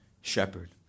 Shepherd